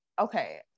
okay